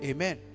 Amen